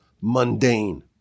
mundane